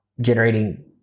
generating